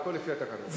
הכול לפי התקנון.